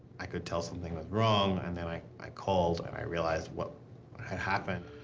i could tell something was wrong and then i i called and i realized what had happened.